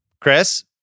Chris